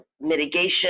mitigation